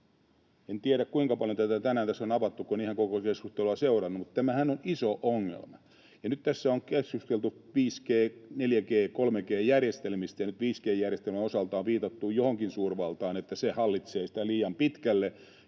En tiedä, kuinka paljon tätä tänään tässä on avattu, kun en ole ihan koko keskustelua seurannut, mutta tämähän on iso ongelma. Nyt tässä on keskusteltu 5G-, 4G-, 3G-järjestelmistä, ja nyt 5G-järjestelmän osalta on viitattu johonkin suurvaltaan ja että se hallitsee sitä liian pitkälle,